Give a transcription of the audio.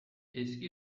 eski